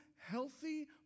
healthy